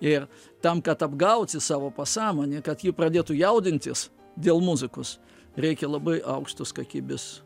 ir tam kad apgauti savo pasąmonę kad ji pradėtų jaudintis dėl muzikos reikia labai aukštos kakybės